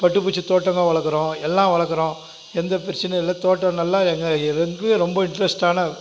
பட்டுப்பூச்சி தோட்டங்கள் வளர்க்குறோம் எல்லாம் வளர்க்குறோம் எந்த பிரச்சினையும் இல்லை தோட்டம் நல்லா எங்கள் எங்களுக்கு ரொம்ப இன்ட்ரஸ்ட்டான